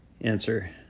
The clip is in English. answer